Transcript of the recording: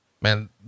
man